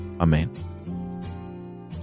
Amen